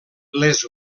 les